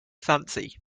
fancy